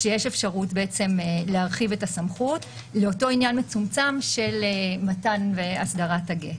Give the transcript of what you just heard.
יש אפשרות להרחיב את הסמכות לאותו עניין מצומצם של מתן והסדרת הגט.